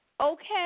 okay